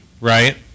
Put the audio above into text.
right